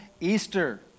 Easter